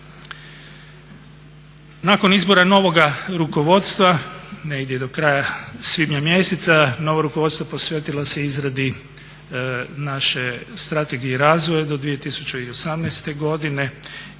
Nakon izbora novoga rukovodstva negdje do kraja svibnja mjeseca novo rukovodstvo posvetilo se izradi naše Strategije razvoja do 2018. godine